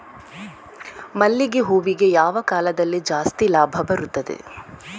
ಮಲ್ಲಿಗೆ ಹೂವಿಗೆ ಯಾವ ಕಾಲದಲ್ಲಿ ಜಾಸ್ತಿ ಲಾಭ ಬರುತ್ತದೆ?